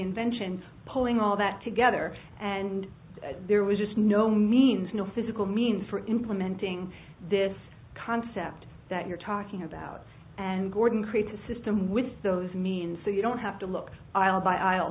invention pulling all that together and there was just no means no physical means for implementing this concept that you're talking about and gordon create a system with those means so you don't have to look i'll buy i'll